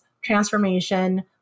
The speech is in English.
transformation